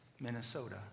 Minnesota